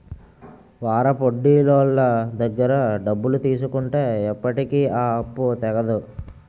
వారాపొడ్డీలోళ్ళ దగ్గర డబ్బులు తీసుకుంటే ఎప్పటికీ ఆ అప్పు తెగదు